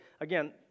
Again